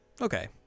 Okay